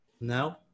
No